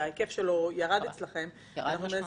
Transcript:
שההיקף שלו ירד אצלכם -- ירד משמעותית.